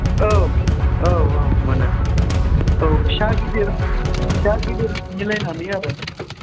औ औ औ मोनो औ फिसा गिदिर फिसा गिदिर मिलायनानै आरो